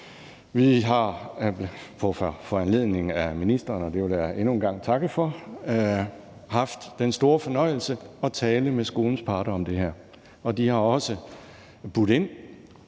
for, haft den store fornøjelse at tale med skolens parter om det her, og de har også budt ind